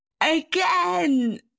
again